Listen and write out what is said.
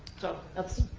so that's,